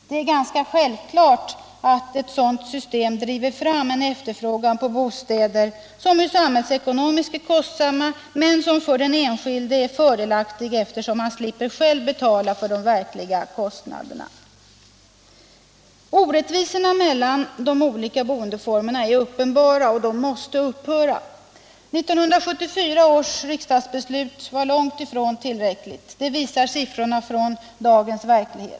Det är självklart att ett sådant system driver fram en efterfrågan på bostäder, som samhällsekonomiskt är kostsamma men som för den enskilde är fördelaktiga eftersom han själv slipper betala de verkliga kostnaderna. Orättvisorna mellan de olika boendeformerna är uppenbara, och de måste upphöra. 1974 års riksdagsbeslut var långt ifrån tillräckligt. Det visar siffrorna från dagens verklighet.